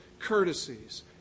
Courtesies